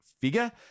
figure